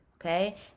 Okay